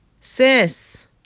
Sis